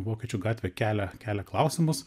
vokiečių gatvė kelia kelia klausimus